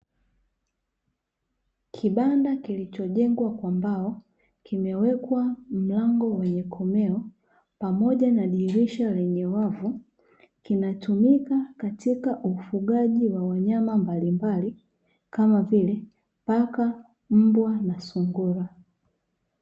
Kibanda kilichojengwa kwa mbao kimewekwa mlango wenye komeo, pamoja na dirisha lenye wavu kinatumika katika ufugaji wa wanyama mbalimbali kama vile paka, mbwa, na sungura.